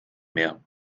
mehr